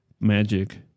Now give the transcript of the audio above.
magic